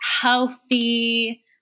healthy